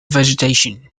vegetation